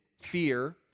fear